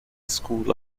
school